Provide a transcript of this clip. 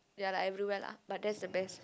ya lah everywhere lah but that's the best